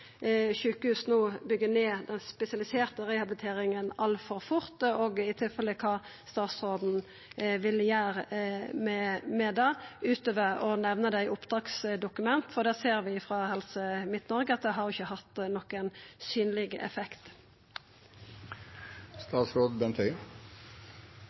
sjukehus no byggjer ned den spesialiserte rehabiliteringa altfor fort, og i tilfelle kva statsråden vil gjera med det, utover å nemna det i oppdragsdokument, for det ser vi frå Helse Midt-Noreg ikkje har hatt nokon synleg